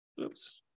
Oops